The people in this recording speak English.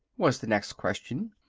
was the next question,